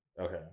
Okay